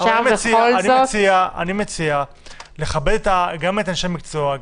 אני מציע לכבד גם את אנשי המקצוע,